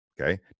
okay